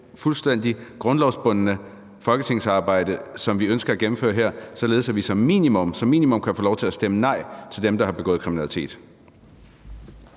fuldstændig grundlovsbundne folketingsarbejde, som vi ønsker at gennemføre her, således at vi som minimum kan få lov til at stemme nej til dem, der har begået kriminalitet?